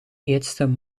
eerst